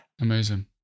Amazing